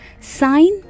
sign